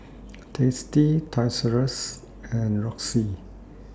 tasty Toys R US and Roxy